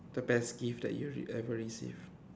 the best gift that you ever received